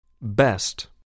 Best